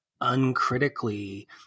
uncritically